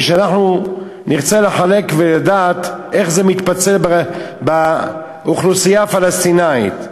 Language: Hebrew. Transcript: כשאנחנו נרצה לחלק ולדעת איך זה מתפצל באוכלוסייה הפלסטינית: